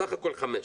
בסך הכול חמש.